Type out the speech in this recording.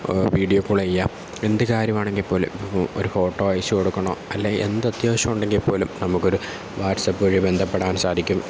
video call ചെയ്യാം എന്ത് കാര്യമാണെങ്കിൽപ്പോലും ഇപ്പോൾ ഒരു ഫോട്ടോ അയച്ചുകൊടുക്കണോ അല്ലെങ്കിൽ എന്തത്യാവശ്യമുണ്ടെങ്കിൽ പോലും നമുക്കൊരു വാട്സപ്പ് വഴി ബന്ധപ്പെടാൻ സാധിക്കും